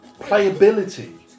playability